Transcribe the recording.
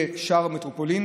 שיהיה שער המטרופולין: